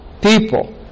People